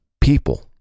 people